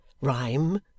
rhyme